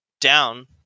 down